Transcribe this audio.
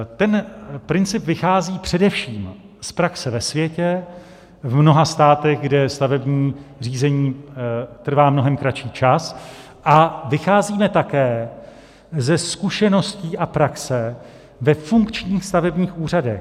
Ten princip vychází především z praxe ve světě v mnoha státech, kde stavební řízení trvá mnohem kratší čas, a vycházíme také ze zkušeností a praxe ve funkčních stavebních úřadech.